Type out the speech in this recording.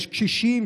יש קשישים,